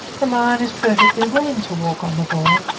the lion is perfectly willing to walk on the ball,